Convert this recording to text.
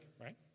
right